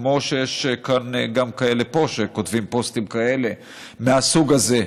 כמו שיש פה כאלה שכותבים פוסטים מהסוג הזה.